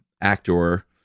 actor